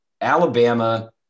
Alabama